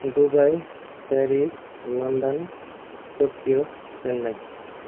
Dubai Paris London Tokyo Chennai